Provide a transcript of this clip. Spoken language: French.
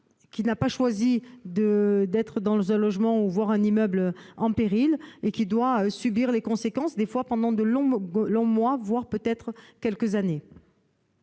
qui n'a pas choisi d'habiter dans un logement voire un immeuble en péril et qui doit en subir les conséquences pendant de longs mois, voire quelques années.